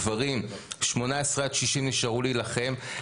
גברים 18 עד 60 נשארו להילחם.